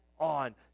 On